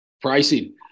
Pricing